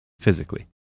physically